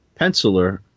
Penciler